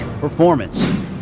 performance